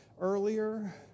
earlier